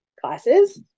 classes